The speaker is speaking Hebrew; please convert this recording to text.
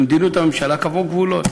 במדיניות הממשלה קבעו גבולות.